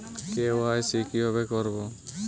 KYC কিভাবে করব?